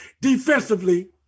defensively